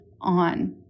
on